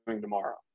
tomorrow